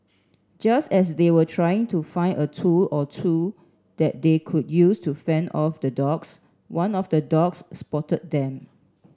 just as they were trying to find a tool or two that they could use to fend off the dogs one of the dogs spotted them